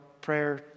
prayer